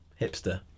hipster